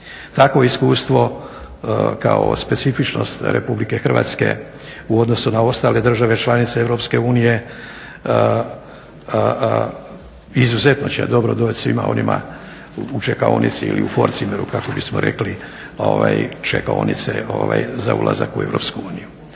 Takvo iskustvo kao specifičnost RH u odnosu na ostale države članice EU izuzetno će dobro doći svima onima u čekaonici ili u vorzimmeru kako bismo rekli čekaonice za ulazak u EU.